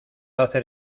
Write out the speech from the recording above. hacer